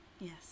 Yes